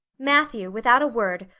matthew, without a word,